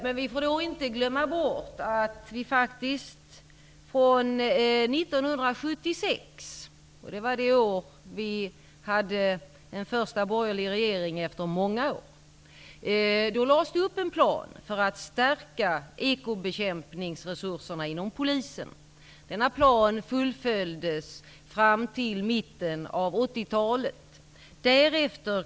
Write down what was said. Men vi får inte glömma bort att det 1976 -- det år som det för första gången på många år blev en borgerlig regering -- lades upp en plan för att stärka resurserna för ekobrottsbekämpningen inom Polisen. Denna plan följdes fram till mitten av 80-talet.